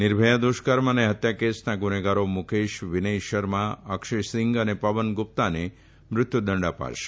નિર્ભયા દુષ્કર્મ અને હત્યા કેસના ગુનેગારો મુકેશ વિનય શર્મા અક્ષયસિંઘ અને પવન ગુપ્તાને મૃત્યુદંડ અપાશે